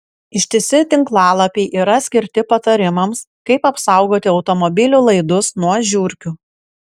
ištisi tinklalapiai yra skirti patarimams kaip apsaugoti automobilių laidus nuo žiurkių